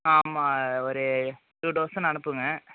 ஆமாம் ஒரு two thousand அனுப்புங்கள்